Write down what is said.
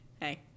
Hey